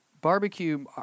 Barbecue